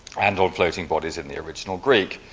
and on floating bodies in the original greek.